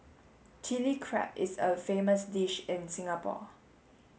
Chilli Crab is a famous dish in Singapore